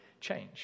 change